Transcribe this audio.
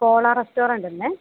കോള restaurant അല്ലേ